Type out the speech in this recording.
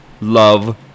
love